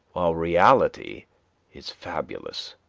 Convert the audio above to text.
while reality is fabulous.